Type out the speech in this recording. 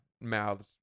mouths